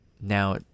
now